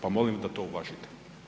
Pa molim da to uvažite.